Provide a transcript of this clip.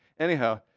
anyhow,